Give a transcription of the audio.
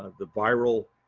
the viral